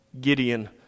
Gideon